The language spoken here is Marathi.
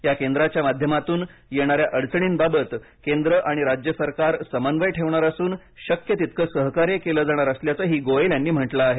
या केंद्राच्या माध्यमातून येणाऱ्या अडचणींबाबत केंद्र आणि राज्य सरकारं समन्वय ठेवणार असून शक्य तितके सहकार्य केलं जाणार असल्याचंही गोयल यांनी म्हटलं आहे